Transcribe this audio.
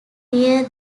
near